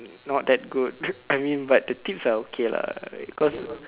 not that good I mean but the tips are okay lah cause